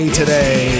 today